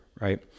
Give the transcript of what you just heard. right